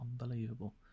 unbelievable